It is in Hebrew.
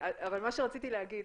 אבל מה שרציתי להגיד,